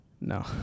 No